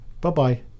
Bye-bye